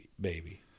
baby